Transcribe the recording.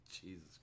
Jesus